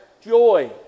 joy